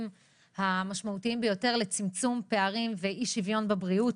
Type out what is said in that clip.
המשמעותיים ביותר לצמצום פערים ואי שוויון בבריאות.